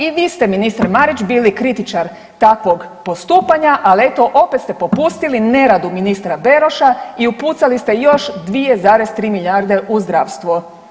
I vi ste ministar Marić bili kritičar takvog postupanja, ali eto opet ste popustili neradu ministra Beroša i upucali ste još 2,3 milijarde u zdravstvo.